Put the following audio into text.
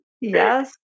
Yes